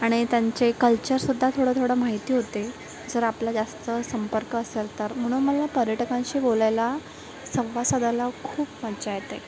आणि त्यांचे कल्चरसुद्धा थोडं थोडं माहिती होते जर आपला जास्त संपर्क असेल तर म्हणून मला पर्यटकांशी बोलायला संवाद साधायला खूप मजा येते